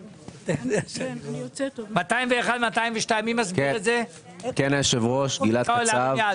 47,370 אלפי ₪ בהוצאה מותנית ו-148,487 אלפי ₪ בהרשאה להתחייב,